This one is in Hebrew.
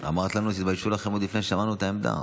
אמרת לנו: תתביישו לכם, עוד לפני ששמענו את העמדה.